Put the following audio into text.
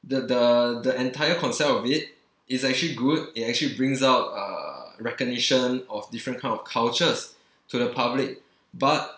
the the the entire concept of it is actually good it actually brings out uh recognition of different kind of cultures to the public but